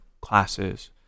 classes